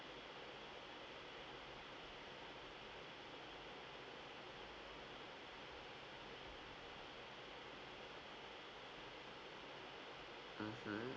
mmhmm